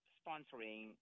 sponsoring